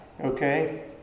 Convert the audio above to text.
okay